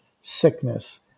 sickness